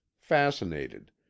fascinated